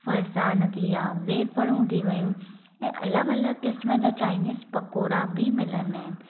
फरसान थी विया वेफड़ू थी वियूं ऐं अलॻि अलॻि क़िस्म जा चाईनीज़ पकौड़ा बि मिलंदा आहिनि